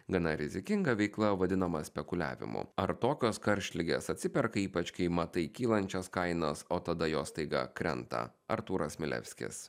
gana rizikinga veikla vadinama spekuliavimu ar tokios karštligės atsiperka ypač kai matai kylančias kainas o tada jos staiga krenta artūras milevskis